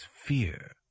fear